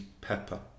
Pepper